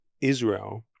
Israel